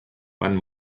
one